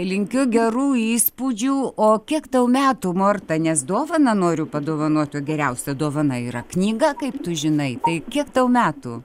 linkiu gerų įspūdžių o kiek tau metų morta nes dovaną noriu padovanoti o geriausia dovana yra knyga kaip tu žinai tai kiek tau metų